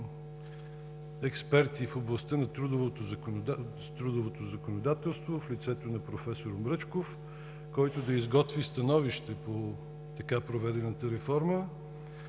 експерти в областта на трудовото законодателство, в лицето на проф. Мръчков, който да изготви становище по така проведената реформа,